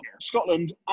Scotland